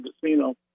casino